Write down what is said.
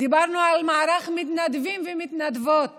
דיברנו על מערך מתנדבים ומתנדבות